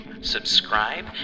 subscribe